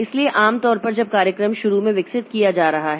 इसलिए आम तौर पर जब कार्यक्रम शुरू में विकसित किया जा रहा है